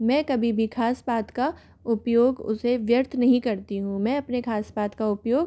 मैं कभी भी घास पात का उपयोग उसे व्यर्थ नही करती हूँ मैं अपने घास पात का उपयोग